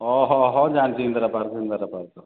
ଓ ହଉ ହଁ ଜାଣିଛି ଇନ୍ଦିରା ପାର୍କ୍ ଇନ୍ଦିରା ପାର୍କ୍